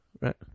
right